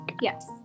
Yes